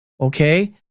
Okay